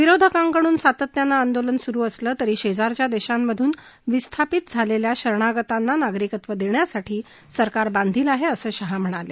विरोधकांकडून सातत्यानं आंदोलन सुरु असलं तरी शेजारच्या देशांमधून विस्थापित झालेल्या शरणगतांना नागरिकत्व देण्यासाठी सरकार बांधील आहे असं शहा म्हणाले